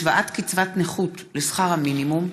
השוואת קצבת נכות לשכר המינימום),